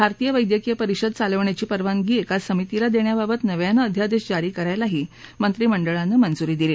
भारतीय वैद्यकीय परिषद चालवण्याची परवानगी एका समितीला देण्याबाबत नव्यानं अध्यादेश जारी करायलाही मंत्रिमंडळानं मंजुरी दिली